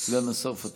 חבר הכנסת אופיר סופר,